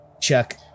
Chuck